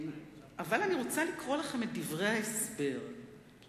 אבל אני רוצה לקרוא לכם את דברי ההסבר של